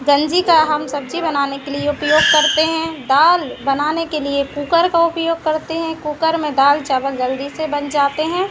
गंजी का हम सब्जी बनाने के लिए उपयोग करते हैं दाल बनाने के लिए कुकर का उपयोग करते हैं कुकर में दाल चावल जल्दी से बन जाते हैं